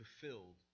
fulfilled